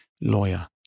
lawyer